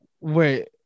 Wait